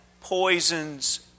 Poisons